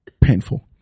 painful